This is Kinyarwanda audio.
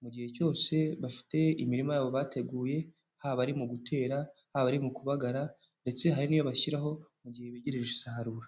mu gihe cyose bafite imirima yabo bateguye, haba ari mu gutera, haba ari mu kubagara ndetse hari n'iyo bashyiraho mu gihe begereje isarura.